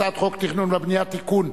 הצעת חוק התכנון והבנייה (תיקון,